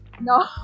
No